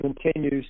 continues